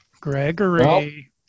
Gregory